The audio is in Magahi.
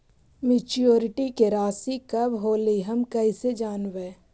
मैच्यूरिटी के रासि कब होलै हम कैसे जानबै?